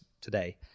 today